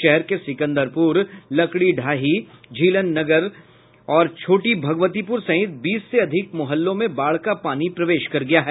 शहर के सिकंदरपुर लकड़ीढ़ाही झीलनगर और छोटी भगवतीपुर सहित बीस से अधिक मुहल्लों में बाढ़ का पानी प्रवेश कर गया है